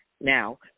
now